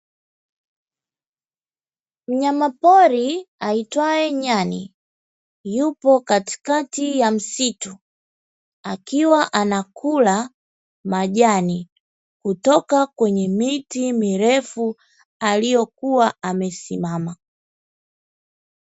Mnyama pori aitwaye nyani yupo katikati ya msitu, akiwa anakula majani, kutoka kwenye miti mirefu aliyokuwa amesimama.